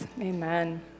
amen